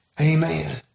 Amen